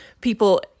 people